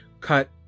cut